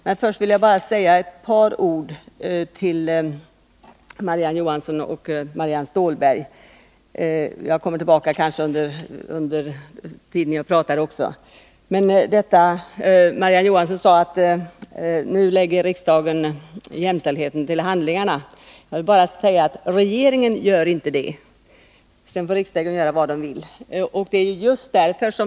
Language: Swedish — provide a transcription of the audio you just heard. Men först vill jag säga ett par ord till Marie-Ann Johansson och Marianne Stålberg— jag kanske också kommer tillbaka till dem senare under den tid jag talar. Marie-Ann Johansson sade att riksdagen nu lägger jämställdheten till handlingarna. Jag vill bara svara att regeringen inte gör det — men sedan kan riksdagen göra vad den vill.